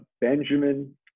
Benjamin